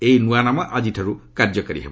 ଏହି ନୂଆ ନାମ ଆଜିଠାର୍ କାର୍ଯ୍ୟକାରୀ ହେବ